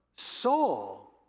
soul